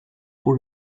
pour